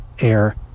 air